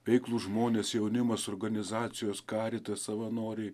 veiklūs žmonės jaunimas organizacijos caritas savanoriai